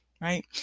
right